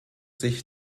sich